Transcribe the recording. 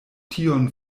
tiun